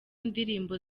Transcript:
ndirimbo